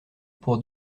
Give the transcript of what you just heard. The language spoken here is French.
pour